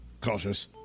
cautious